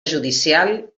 judicial